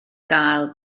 gael